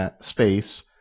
space